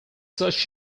such